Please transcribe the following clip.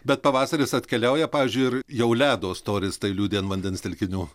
bet pavasaris atkeliauja pavyzdžiui ir jau ledo storis tai liudija ant vandens telkinių